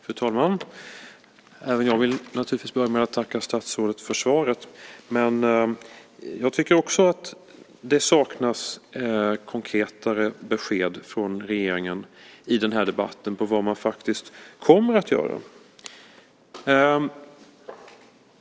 Fru talman! Även jag vill naturligtvis börja med att tacka statsrådet för svaret, men jag tycker också att det saknas konkretare besked från regeringen i den här debatten om vad man faktiskt kommer att göra.